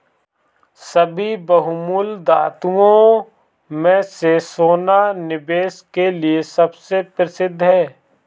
सभी बहुमूल्य धातुओं में से सोना निवेश के लिए सबसे प्रसिद्ध है